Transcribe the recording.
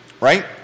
Right